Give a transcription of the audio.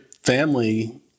family